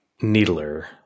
Needler